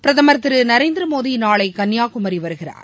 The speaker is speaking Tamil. பிரதமர் திரு நரேந்திர மோடி நாளை கன்னியாகுமரி வருகிறார்